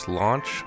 launch